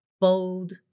bold